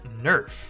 nerf